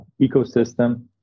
ecosystem